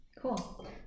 Cool